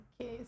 Okay